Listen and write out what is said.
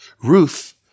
Ruth